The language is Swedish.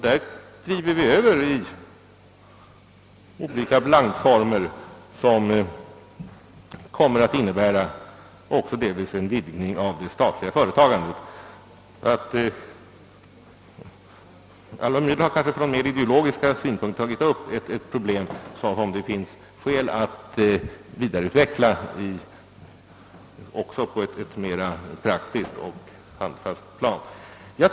Där driver vi över i olika blandformer, som delvis kommer att innebära en vidgning av det statliga företagandet. Alva Myrdal har där, kanske från mera ideologiska synpunkter, tagit upp ett problem som det finns anledning att vidareutveckla också på ett mera praktiskt och handfast plan.